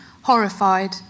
horrified